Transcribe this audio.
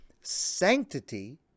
sanctity